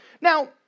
now